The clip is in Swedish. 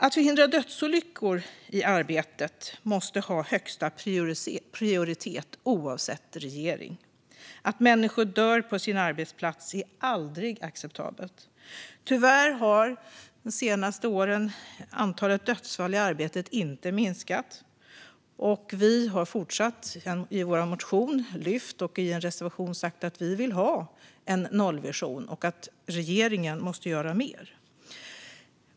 Att förhindra dödsolyckor i arbetet måste ha högsta prioritet oavsett regering. Att människor dör på sin arbetsplats är aldrig acceptabelt. Tyvärr har antalet dödsfall i arbetet inte minskat under de senaste åren. Vi har i vår motion och i en reservation fört fram att vi vill ha en nollvision och att regeringen måste göra mer.